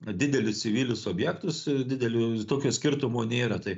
didelius civilius objektus didelio tokio skirtumo nėra tai